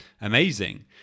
amazing